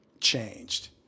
changed